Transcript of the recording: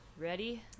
Ready